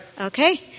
Okay